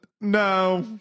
No